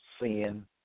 sin